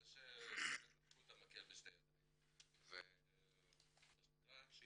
על זה שלקחו את המקל בשתי ידיים ומה שנקרא,